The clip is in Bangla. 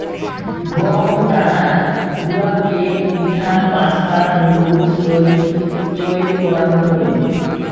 গম দানা গুঁড়া কেক, পিঠা, পাস্তা, নুডুলস তৈয়ারীত চইল করাং হই